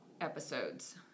Episodes